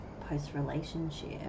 post-relationship